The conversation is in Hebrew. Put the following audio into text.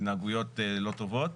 להתנהגויות לא טובות.